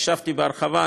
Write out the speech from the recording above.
והשבתי בהרחבה,